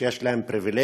שיש להם פריבילגיות,